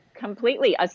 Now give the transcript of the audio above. Completely